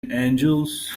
angels